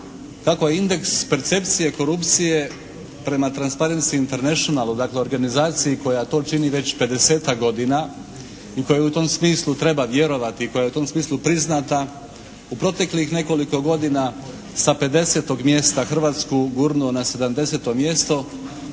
kako je indeks percepcije korupcije prema "transparensi internationalu" dakle organizaciji koja to čini već pedesetak godina i kojoj u tom smislu treba vjerovati i koja je u tom smislu priznata, u proteklih nekoliko godina sa pedesetog mjesta Hrvatsku gurnuo na sedamdeseto